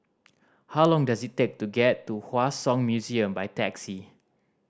how long does it take to get to Hua Song Museum by taxi